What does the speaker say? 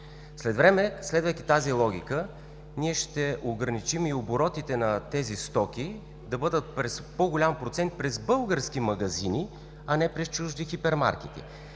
След време, следвайки тази логика, ние ще ограничим и оборотите на тези стоки, да бъдат по-голям процент през български магазини, а не през чужди хипермаркети.